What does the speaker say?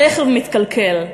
הרכב מתקלקל,